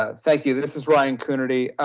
ah thank you, this is ryan coonerty.